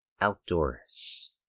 outdoors